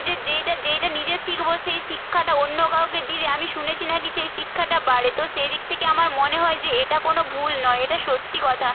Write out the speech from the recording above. যে যেইটা যেইটা নিজে শিখব সেই শিক্ষাটা অন্য কাউকে দিলে আমি শুনেছি নাকি সেই শিক্ষাটা বাড়ে তো সেই দিক থেকে আমার মনে হয় যে এটা কোনো ভুল নয় এটা সত্যি কথা